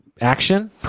action